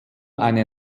eine